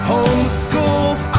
Homeschooled